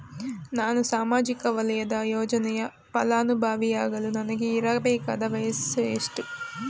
ನಾನು ಸಾಮಾಜಿಕ ವಲಯದ ಯೋಜನೆಯ ಫಲಾನುಭವಿಯಾಗಲು ನನಗೆ ಇರಬೇಕಾದ ವಯಸ್ಸುಎಷ್ಟು?